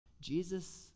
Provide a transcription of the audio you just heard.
Jesus